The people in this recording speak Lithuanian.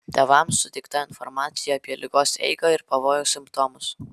tėvams suteikta informacija apie ligos eigą ir pavojaus simptomus